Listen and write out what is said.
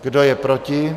Kdo je proti?